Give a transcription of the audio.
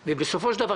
בסופו של דבר,